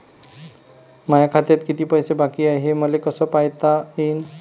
माया खात्यात किती पैसे बाकी हाय, हे मले कस पायता येईन?